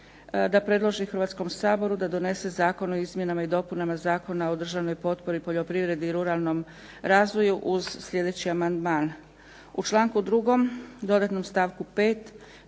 da predloži Hrvatskom saboru da donese Zakon o izmjenama i dopunama Zakona o državnoj potpori, poljoprivredi i ruralnom razvoju uz sljedeći amandman: „U članku 2. dodatnom stavku 5.